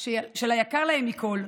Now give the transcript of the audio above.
של היקר להם מכול,